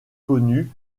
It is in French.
connus